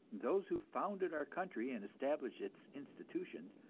those who founded our country and established its institutions,